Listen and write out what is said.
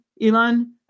Elon